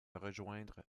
rejoindre